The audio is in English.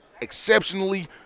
exceptionally